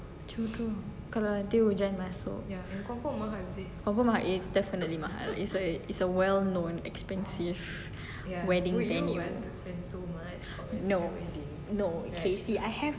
true true kalau nanti hujan masuk confirm mahal it's definitely mahal it's a it's a well-known expensive wedding venue no no K see I have